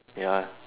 ya